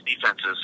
defenses